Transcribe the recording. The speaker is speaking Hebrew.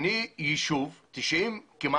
אני יישוב שבו 90% כמעט